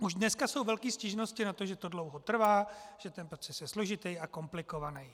Už dneska jsou velké stížnosti na to, že to dlouho trvá, že ten proces je složitý a komplikovaný.